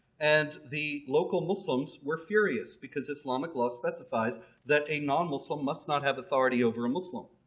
and the local muslims were furious because islamic law specifies that a non-muslim must not have authority over a muslim,